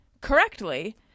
correctly